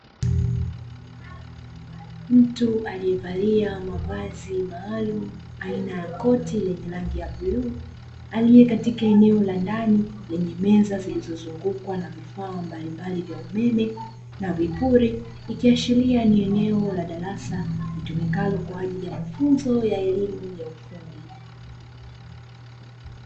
Mtu aliyevalia mavazi maalumu aina ya koti yenye rangi ya bluu aliye katika eneo la ndani lililozungukwa na vifaa mbalimbali vya umeme na vipuli, ikiashiria ni eneo la darasa litumikalo kwa ajili ya mafunzo ya elimu ya ufundi.